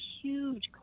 huge